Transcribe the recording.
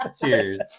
Cheers